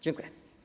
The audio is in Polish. Dziękuję.